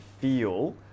feel